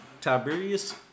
Tiberius